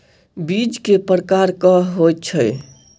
बीज केँ प्रकार कऽ होइ छै?